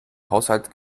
haushalt